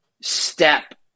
step